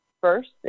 first